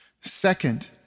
Second